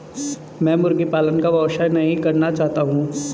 मैं मुर्गी पालन का व्यवसाय नहीं करना चाहता हूँ